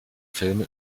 film